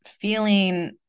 feeling